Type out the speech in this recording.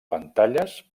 pantalles